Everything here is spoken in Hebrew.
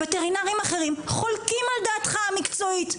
וטרינרים אחרים חולקים על דעתך המקצועית,